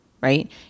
right